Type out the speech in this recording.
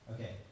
Okay